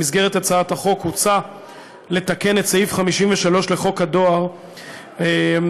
בהצעת החוק הוצע לתקן את סעיף 53 לחוק הדואר ולקבוע